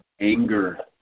anger